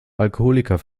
alkoholiker